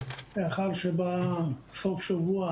לאחר שבסוף השבוע